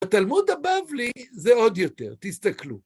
בתלמוד הבבלי, זה עוד יותר. תסתכלו...